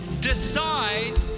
decide